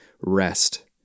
rest